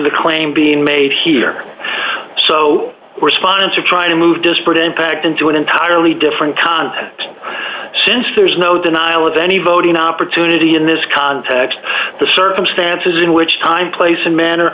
the claim being made here so we're sponsored try to move disparate impact into an entirely different context since there's no denial of any voting opportunity in this context the circumstances in which time place and manner